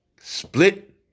split